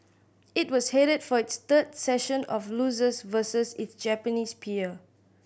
it was headed for its third session of losses versus its Japanese peer